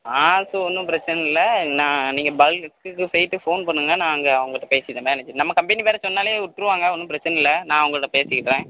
காசு ஒன்றும் பிரச்சனை இல்லை நான் நீங்கள் பங்க்குக்கு போயிட்டு ஃபோன் பண்ணுங்கள் நான் அங்கே அவங்கக்கிட்ட பேசிக்கிறேன் மேனேஜர் நம்ம கம்பனி பேரை சொன்னாலே விட்ருவாங்க ஒன்றும் பிரச்சனை இல்லை நான் அவங்கக்கிட்ட பேசிக்கிறேன்